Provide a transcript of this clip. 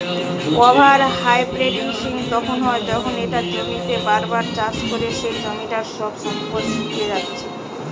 over harvesting তখন হয় যখন একটা জমিতেই বার বার চাষ করে সেই জমিটার সব সম্পদ শুষিয়ে জাত্ছে